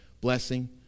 blessing